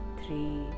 three